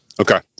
Okay